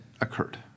occurred